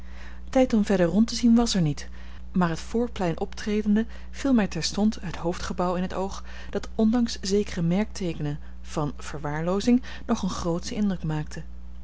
tijd om verder rond te zien was er niet maar het voorplein optredende viel mij terstond het hoofdgebouw in het oog dat ondanks zekere merkteekenen van verwaarloozing nog een grootschen indruk maakte